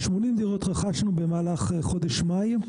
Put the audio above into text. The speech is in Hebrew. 80 דירות רכשנו במהלך חודש מאי.